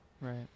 right